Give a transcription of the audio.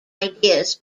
ideas